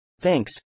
Thanks